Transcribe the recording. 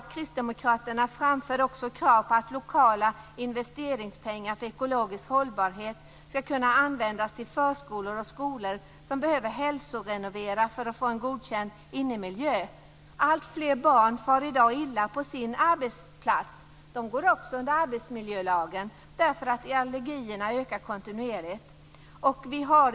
Kristdemokraterna framför också krav på att lokala investeringspengar för ekologisk hållbarhet ska kunna användas till förskolor och skolor som behöver "hälsorenovera" för att få en godkänd innemiljö. Alltfler barn far i dag illa på sin arbetsplats - de går också under arbetsmiljölagen - därför att allergierna kontinuerligt ökar.